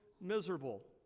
miserable